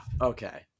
Okay